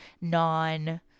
non